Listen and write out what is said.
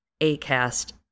ACast